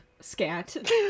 scat